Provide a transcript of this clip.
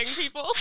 people